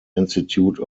institute